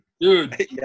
dude